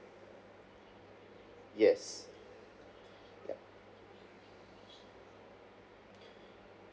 yes yup